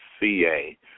CA